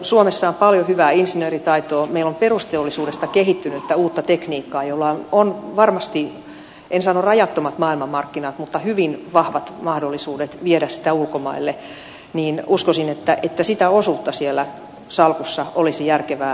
suomessa on paljon hyvää insinööritaitoa meillä on perusteollisuudesta kehittynyttä uutta tekniikkaa jolla on varmasti en sano rajattomat maailmanmarkkinat mutta hyvin vahvat mahdollisuudet viedä sitä ulkomaille ja uskoisin että sitä osuutta siellä salkussa olisi järkevää jatkossa kasvattaa